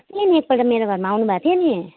अस्ति नै एकपल्ट मेरो घरमा आउनु भएको थियो नि